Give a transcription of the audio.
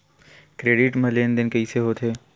Credit मा लेन देन कइसे होथे?